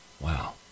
Wow